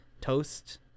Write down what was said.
toast